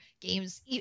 games